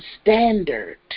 standard